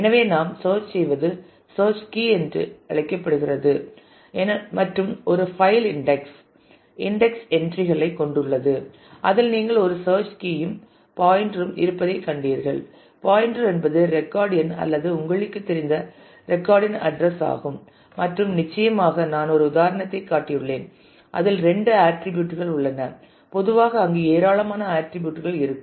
எனவே நாம் சேர்ச் செய்வது சேர்ச்கீ என்று அழைக்கப்படுகிறது மற்றும் ஒரு பைல் இன்டெக்ஸ் இன்டெக்ஸ் என்றி களை கொண்டுள்ளது அதில் நீங்கள் ஒரு சேர்ச் கீயும் பாயின்டர் ம் இருப்பதைக் கண்டீர்கள் பாயின்டர் என்பது ரெக்கார்ட் எண் அல்லது உங்களுக்குத் தெரிந்த ரெக்கார்ட் இன் அட்ரஸ் ஆகும் மற்றும் நிச்சயமாக நான் ஒரு உதாரணத்தைக் காட்டியுள்ளேன் அதில் இரண்டு ஆர்ட்டிரிபியூட் கள் உள்ளன பொதுவாக அங்கு ஏராளமான ஆர்ட்டிரிபியூட் கள் இருக்கும்